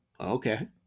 Okay